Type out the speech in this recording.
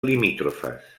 limítrofes